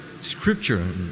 scripture